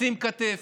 לשים כתף,